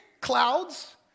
clouds